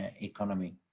economy